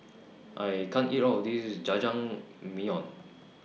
I can't eat All of This Jajangmyeon